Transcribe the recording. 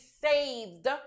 saved